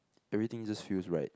everything just feels right